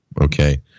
Okay